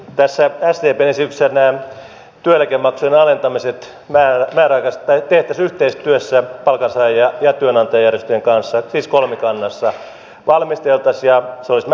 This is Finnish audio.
tässä sdpn esityksessä nämä työeläkemaksujen alentamiset tehtäisiin yhteistyössä palkansaaja ja työnantajajärjestöjen kanssa siis valmisteltaisiin kolmikannassa ja se olisi määräaikainen